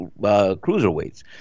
cruiserweights